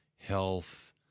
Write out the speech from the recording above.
health